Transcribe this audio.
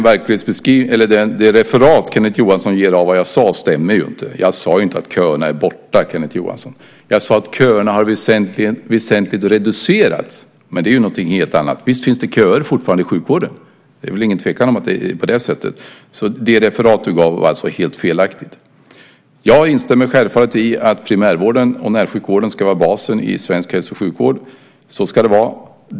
Herr talman! Det referat som Kenneth Johansson ger av vad jag sade stämmer inte. Jag sade inte att köerna är borta, Kenneth Johansson. Jag sade att köerna har väsentligt reducerats, men det är ju någonting helt annat. Visst finns det köer fortfarande i sjukvården; det är ingen tvekan om att det är på det sättet. Det referat du gav var alltså helt felaktigt. Jag instämmer självfallet i att primärvården och närsjukvården ska vara basen i svensk hälso och sjukvård. Så ska det vara.